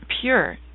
pure